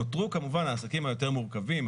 נותרו כמובן העסקים היותר מורכבים,